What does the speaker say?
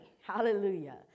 hallelujah